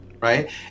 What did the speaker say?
Right